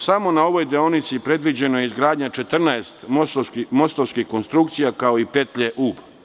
Samo na ovoj deonici predviđena je izgradnja 14 mostovskih konstrukcija, kao i petlje Ub.